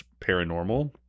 paranormal